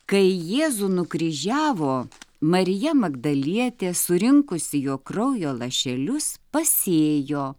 kai jėzų nukryžiavo marija magdalietė surinkusi jo kraujo lašelius pasėjo